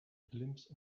glimpse